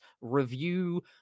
Review